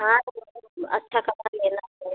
हाँ अच्छा कपड़ा लेना है